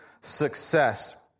success